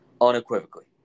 Unequivocally